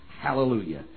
Hallelujah